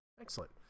Excellent